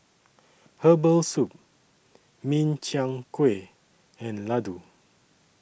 Herbal Soup Min Chiang Kueh and Laddu